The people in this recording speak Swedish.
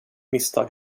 misstag